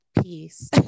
peace